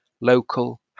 local